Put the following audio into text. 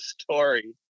story